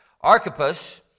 Archippus